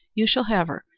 you shall have her.